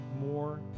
more